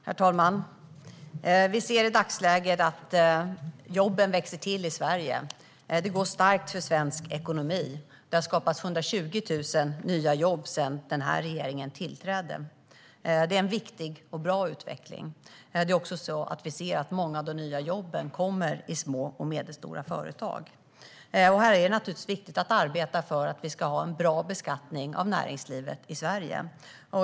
Herr talman! Vi ser i dagsläget att jobben växer till i Sverige. Svensk ekonomi går starkt framåt. Det har skapats 120 000 nya jobb sedan den här regeringen tillträdde. Det är en viktig och bra utveckling. Vi ser också att många av de nya jobben kommer i små och medelstora företag. Då är det naturligtvis viktigt att arbeta för att vi ska ha en bra beskattning av näringslivet i Sverige.